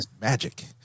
magic